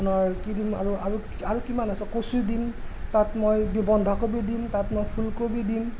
আপোনাৰ কি দিম আৰু আৰু আৰু কিমান আছে কচু দিম তাত মই বন্ধাকবি দিম তাত মই ফুলকবি দিম